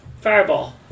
Fireball